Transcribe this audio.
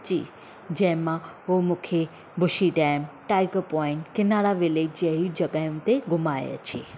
जी जंहिं मां हू मूंखे बुशी डैम टाइगर प्वाइंट किनारा विले जहिड़ियुनि जग॒हियुनि ते घुमाए अचे